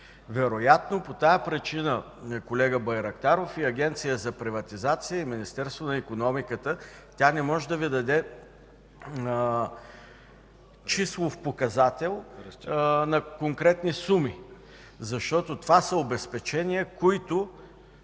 Вероятно по тази причина, колега Байрактаров, и Агенцията за приватизацията, и Министерството на икономиката, не могат да дадат числов показател на конкретни суми, защото това са обезпечения, които